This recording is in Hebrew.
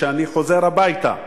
כשאני חוזר הביתה,